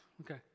okay